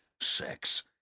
Sex